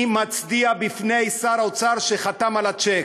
אני מצדיע בפני שר האוצר שחתם על הצ'ק.